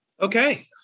Okay